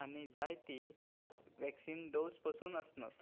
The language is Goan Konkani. आनी जायती वॅक्सिन डोस पसून आसनात